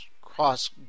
cross